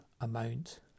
amount